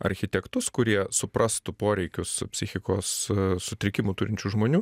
architektus kurie suprastų poreikius psichikos sutrikimų turinčių žmonių